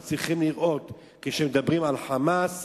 כשמדברים על "חמאס",